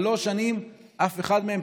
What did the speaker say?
שלוש שנים, אף אחד מהם.